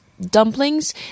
Dumplings